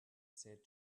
said